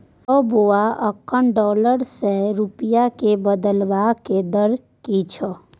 रौ बौआ अखन डॉलर सँ रूपिया केँ बदलबाक दर की छै?